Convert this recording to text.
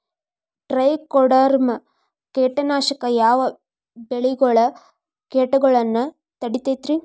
Trichoderma ಕೇಟನಾಶಕ ಯಾವ ಬೆಳಿಗೊಳ ಕೇಟಗೊಳ್ನ ತಡಿತೇತಿರಿ?